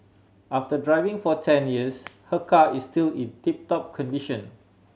after driving for ten years her car is still in tip top condition